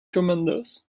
commanders